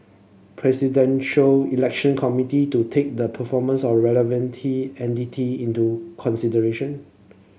Presidential Election Committee to take the performance of relevant entity into consideration